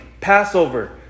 Passover